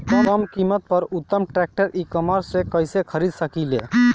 कम कीमत पर उत्तम ट्रैक्टर ई कॉमर्स से कइसे खरीद सकिले?